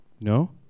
No